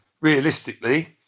realistically